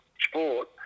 sport